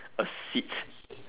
a seat